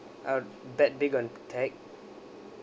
I'll bet big on tech